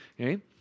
okay